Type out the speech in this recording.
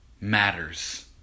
matters